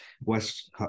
West